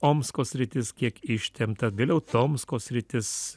omsko sritis kiek ištempta vėliau tomsko sritis